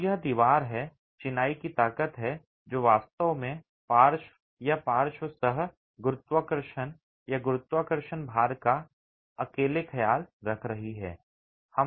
तो यह दीवार है चिनाई की ताकत है जो वास्तव में पार्श्व या पार्श्व सह गुरुत्वाकर्षण या गुरुत्वाकर्षण भार का अकेले ख्याल रख रही है